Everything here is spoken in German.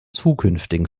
zukünftigen